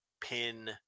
pin